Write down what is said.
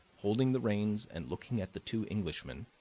holding the reins and looking at the two englishmen,